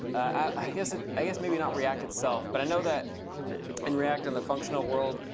i guess i guess maybe not react itself. but i know that in react in the functional world,